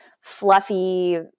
fluffy